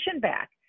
back